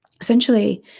Essentially